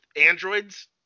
androids